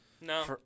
No